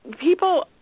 people